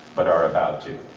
but are about to,